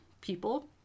people